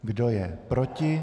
Kdo je proti?